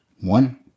One